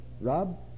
Rob